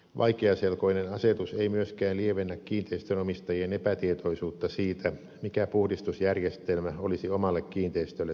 vaikeaselkoinen asetus ei myöskään lievennä kiinteistönomistajien epätietoisuutta siitä mikä puhdistusjärjestelmä olisi omalle kiinteistölle sopivin